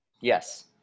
Yes